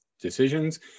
decisions